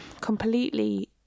completely